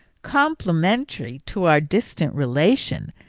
complimentary to our distant relation!